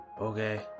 Okay